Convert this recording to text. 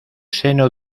seno